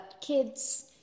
kids